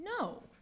No